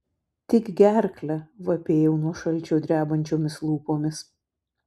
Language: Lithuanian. tik gerklę vapėjau nuo šalčio drebančiomis lūpomis